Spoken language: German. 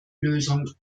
lösung